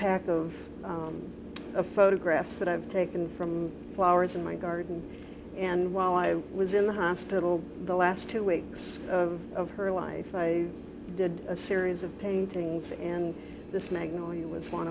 of photographs that i've taken from flowers in my garden and while i was in the hospital the last two weeks of her life i did a series of paintings and this magnolia was one